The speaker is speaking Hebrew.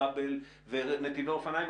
בבל ונתיבי אופניים,